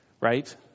Right